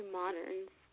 moderns